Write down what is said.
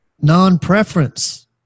non-preference